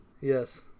Yes